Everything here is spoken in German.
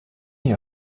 jahr